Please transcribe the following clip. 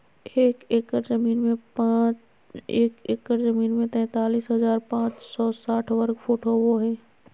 एक एकड़ जमीन में तैंतालीस हजार पांच सौ साठ वर्ग फुट होबो हइ